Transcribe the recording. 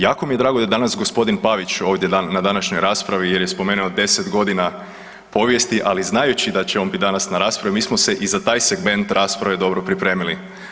Jako mi je drago da je danas g. Pavić ovdje na današnjoj raspravi jer je spomenuo 10.g. povijesti, ali znajući da će on bit danas na raspravi mi smo se i za taj segment rasprave dobro pripremili.